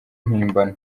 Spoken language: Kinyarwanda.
mpimbano